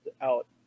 out